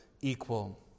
equal